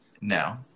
No